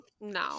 no